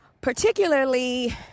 particularly